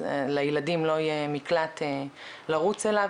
אז לילדים לא יהיה מקלט לרוץ אליו,